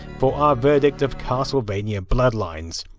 for our verdict of castlevania bloodlines.